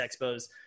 expos